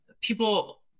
people